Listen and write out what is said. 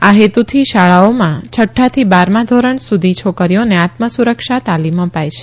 આ હેતુથી શાળાઓમાં છઠ્ઠા થી બારમાં ધીરણ સુધી છોકરીઓને આત્મસુરક્ષા તાલીમ અપાય છે